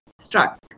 struck